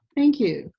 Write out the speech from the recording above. thank you.